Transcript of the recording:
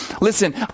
Listen